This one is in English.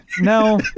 No